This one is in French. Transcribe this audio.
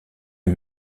est